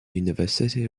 university